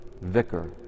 vicar